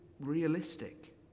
realistic